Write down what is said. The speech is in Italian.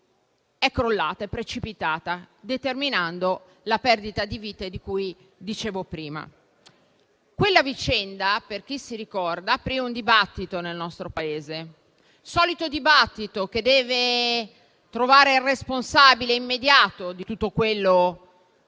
è crollata, determinando la perdita di vite di cui parlavo prima. Quella vicenda, per chi si ricorda, aprì un dibattito nel nostro Paese: il solito dibattito in cui si deve trovare il responsabile immediato di tutto quello